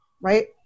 right